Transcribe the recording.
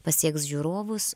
pasieks žiūrovus